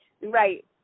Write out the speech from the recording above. Right